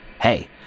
Hey